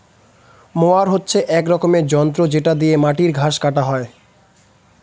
mower হচ্ছে এক রকমের যন্ত্র যেটা দিয়ে মাটির ঘাস কাটা হয়